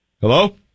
hello